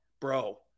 Bro